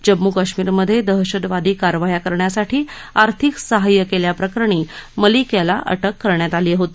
जम्मू कश्मीर मधे दहशतवादी कारवाया करण्यासाठी आर्थिक सहाय्य केल्याप्रकरणी मलिक याला अटक करण्यात आली होती